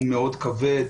הוא מאוד כבד,